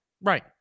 right